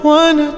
one